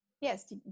yes